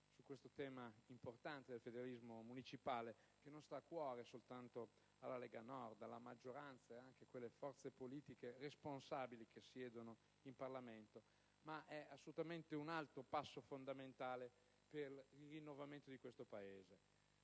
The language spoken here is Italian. su questo tema importante del federalismo municipale, che non sta a cuore soltanto alla Lega Nord, alla maggioranza e a quelle forze politiche responsabili che siedono in Parlamento, ma rappresenta assolutamente un altro paso fondamentale per il rinnovamento di questo Paese.